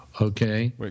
okay